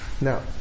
Now